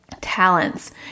talents